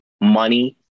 money